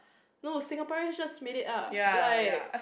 no Singaporeans just made it up like